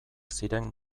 ziren